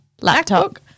laptop